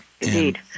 Indeed